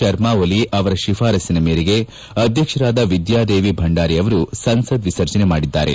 ಶರ್ಮ ಒಲಿ ಅವರ ಶಿಫಾರಸ್ನಿನ ಮೇರೆಗೆ ಅಧ್ಯಕ್ಷರಾದ ವಿದ್ಯಾದೇವಿ ಭಂಡಾರಿ ಅವರು ಸಂಸತ್ ವಿಸರ್ಜನೆ ಮಾಡಿದ್ದಾರೆ